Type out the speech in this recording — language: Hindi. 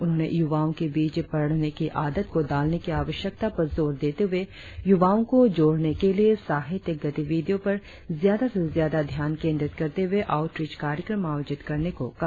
उन्होंने युवाओं के बीच पढ़ने की आदत को डालने की आवश्यकता पर जोर देते हुए युवाओं को जोड़ने के लिए साहित्यिक गतिविधियों पर ज्यादा से ज्यादा ध्यान केंद्रीत करते हुए आउटरीच कार्यक्रम आयोजित करने को कहा